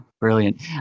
Brilliant